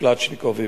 קלצ'ניקובים,